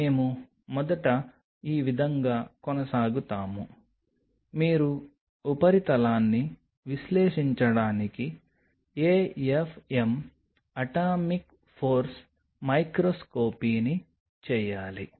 మేము మొదట ఈ విధంగా కొనసాగుతాము మీరు ఉపరితలాన్ని విశ్లేషించడానికి AFM అటామిక్ ఫోర్స్ మైక్రోస్కోపీని చేయాలి